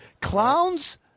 Clowns